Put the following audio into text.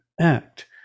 act